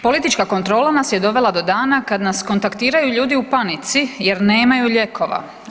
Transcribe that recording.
Politička kontrola nas je dovela do dana kad nas kontaktiraju ljudi u panici jer nemaju lijekova.